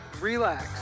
relax